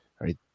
right